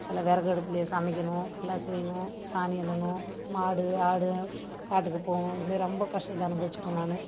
நல்லா வெறகடுப்புலேயே சமைக்கணும் எல்லா செய்யணும் சாணி அல்லணும் மாடு ஆடு காட்டுக்கு போகணும் இது மாரி ரொம்ப கஷ்டத்தை அனுபவிச்சுட்டேன் நான்